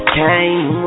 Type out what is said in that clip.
came